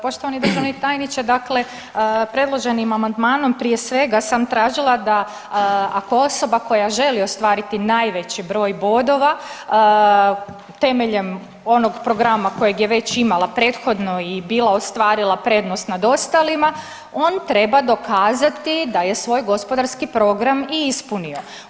Poštovani državni tajniče, dakle predloženim amandmanom prije svega sam tražila da ako osoba koja želi ostvariti najveći broj bodova temeljem onog programa kojeg je već imala prethodno i bila ostvarila prednost nad ostalima on treba dokazati da je svoj gospodarski program i ispunio.